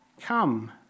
Come